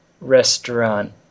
restaurant